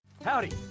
Howdy